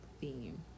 theme